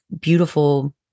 beautiful